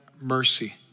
mercy